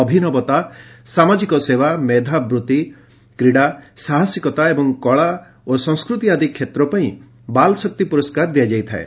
ଅଭିନବତା ସାମାଜିକ ସେବା ମେଧାବୃତ୍ତି କ୍ରୀଡ଼ା ସାହସିକତା ଏବଂ କଳା ଓ ସଂସ୍କୃତି ଆଦି କ୍ଷେତ୍ର ପାଇଁ ବାଳ ଶକ୍ତି ପୁରସ୍କାର ଦିଆଯାଇଥାଏ